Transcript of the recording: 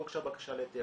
לא הוגשה בקשה להיתר,